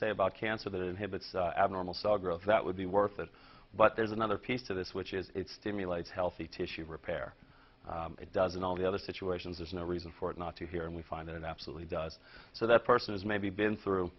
say about cancer that inhibits abnormal saw growth that would be worth it but there's another piece to this which is it stimulates healthy tissue repair it doesn't all the other situations there's no reason for it not to here and we find it absolutely does so that person has maybe been through